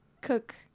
cook